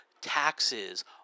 taxes